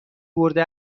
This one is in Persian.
برده